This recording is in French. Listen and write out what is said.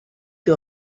que